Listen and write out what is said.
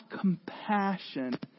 compassion